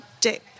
dick